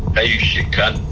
hey you shitcunt,